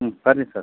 ಹ್ಞೂ ಬನ್ನಿ ಸರ್